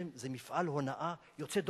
זה מפעל הונאה יוצא דופן.